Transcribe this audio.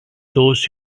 those